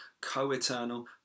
co-eternal